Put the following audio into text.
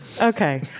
Okay